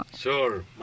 Sure